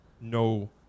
No